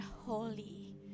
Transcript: holy